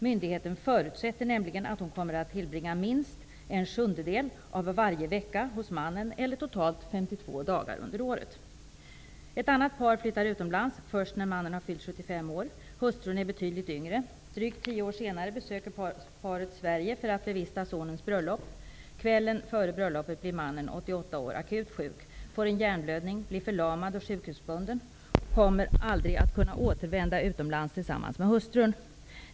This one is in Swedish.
Myndigheten förutsätter nämligen att hon kommer att tillbringa minst en sjundedel av varje vecka hos mannen, eller totalt 52 dagar under hela året. Ett annat par flyttar utomlands först när mannen hade fyllt 75 år. Hustrun är betydligt yngre. Drygt tio år senare besöker paret Sverige för att bevista sonens bröllop. Kvällen före bröllopet blir mannen, 88 år, akut sjuk, får en hjärnblödning, blir förlamad och sjukhusbunden och kommer aldrig att kunna återvända utomlands tillsammans med hustrun.